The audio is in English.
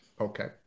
Okay